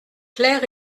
claire